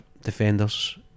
defenders